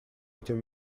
этим